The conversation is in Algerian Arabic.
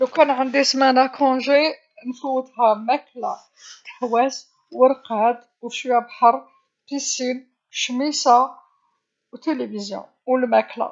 ﻿لوكان عندي سمانه كونجي، نفوتها ماكلة، تحواس ورقاد، وشويه بحر، بيسين، شميسه، وتيليفزيون والماكلة.